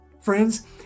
Friends